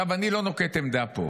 אני לא נוקט עמדה פה.